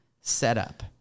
setup